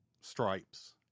stripes